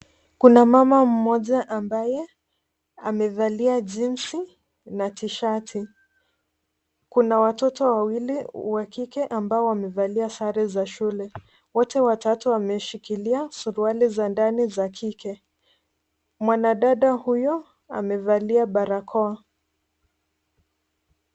Kuna mmama mmoja ambaye amevalia jeans na t-shirt . Kuna watoto wawili wa kike ambao wamevalia sare za shule. Wote watatu wameshikilia suruali za ndani za kike. Mwanadada huyo amevalia barakoa.